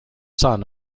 son